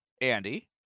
Andy